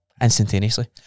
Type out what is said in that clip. Instantaneously